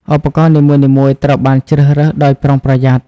ឧបករណ៍នីមួយៗត្រូវបានជ្រើសរើសដោយប្រុងប្រយ័ត្ន។